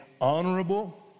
honorable